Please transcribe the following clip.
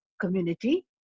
community